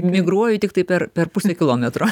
migruoju tiktai per per pusę kilometro